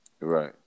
Right